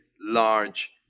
large